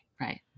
Right